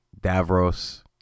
Davros